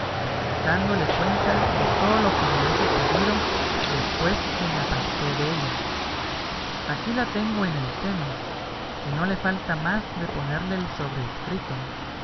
dándole cuenta de todo lo que me ha sucedido después que me aparté della aquí la tengo en el seno que no le falta más de ponerle el sobreescrito